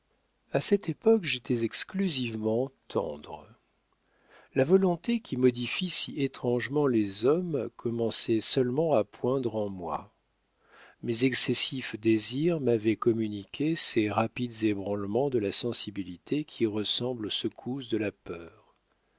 a cette époque j'étais exclusivement tendre la volonté qui modifie si étrangement les hommes commençait seulement à poindre en moi mes excessifs désirs m'avaient communiqué ces rapides ébranlements de la sensibilité qui ressemblent aux secousses de la peur